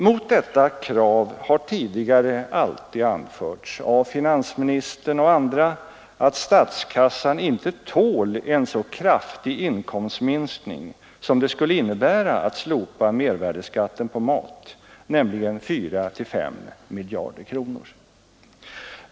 Mot detta krav har tidigare alltid anförts — av finansministern och andra — att statskassan inte tål en så kraftig inkomstminskning som det skulle innebära att slopa mervärdeskatten på mat, nämligen 4—5 miljarder kronor.